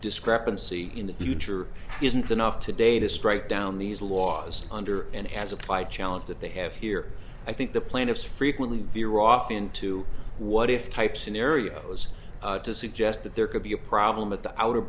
discrepancy in the future isn't enough today to strike down these laws under an as applied challenge that they have here i think the plaintiffs frequently veer off into what if type scenarios to suggest that there could be a problem at the outer